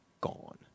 gone